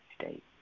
state